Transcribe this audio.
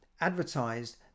advertised